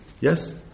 Yes